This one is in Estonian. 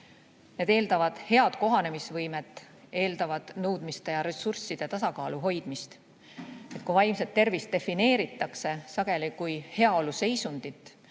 Need eeldavad head kohanemisvõimet, eeldavad nõudmiste ja ressursside tasakaalu hoidmist. Kui vaimset tervist defineeritakse sageli kui heaoluseisundit,